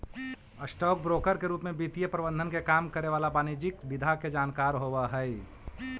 stock broker के रूप में वित्तीय प्रबंधन के काम करे वाला वाणिज्यिक विधा के जानकार होवऽ हइ